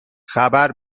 خبر